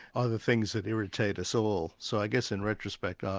are the things that irritate us all. so i guess in retrospect,